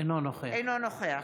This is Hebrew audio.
אינו נוכח